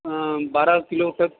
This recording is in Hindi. हाँ बारह किलो तक